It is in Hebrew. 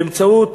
באמצעות